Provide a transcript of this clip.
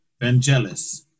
Vangelis